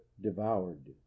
devoured